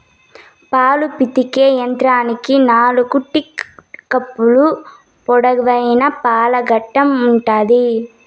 పాలు పితికే యంత్రానికి నాలుకు టీట్ కప్పులు, పొడవైన పాల గొట్టం ఉంటాది